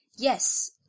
Yes